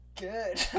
good